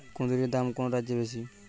কুঁদরীর দাম কোন রাজ্যে বেশি?